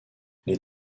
les